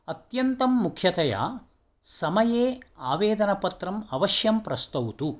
अत्यन्तं मुख्यतया समये आवेदनपत्रम् अवश्यं प्रस्तौतु